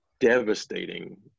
devastating